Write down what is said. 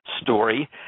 story